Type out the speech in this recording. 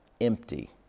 empty